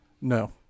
No